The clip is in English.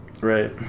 right